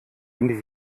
ihn